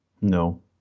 No